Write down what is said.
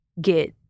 get